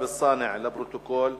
ביום י"ט בשבט התש"ע (3 בפברואר 2010):